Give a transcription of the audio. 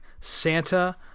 Santa